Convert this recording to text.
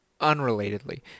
Unrelatedly